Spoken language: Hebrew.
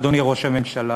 אדוני ראש הממשלה?